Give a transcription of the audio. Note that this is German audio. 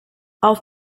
auf